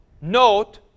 Note